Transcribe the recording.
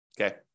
Okay